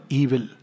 evil